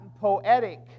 poetic